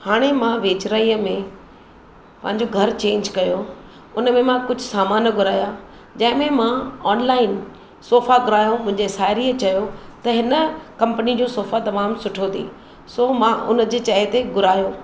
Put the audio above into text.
हाणे मां वेझिड़ाईअ में पंहिंजो घरु चैंज कयो हुन में मां कुझु सामान घुराया जंहिं में मां ऑनलाइन सोफ़ा घुरायो मुंहिंजे साहेड़ीअ चयो त हिन कंम्पनी जो सोफ़ा तमामु सुठो अथई सो मां हुनजे चये ते घुरायो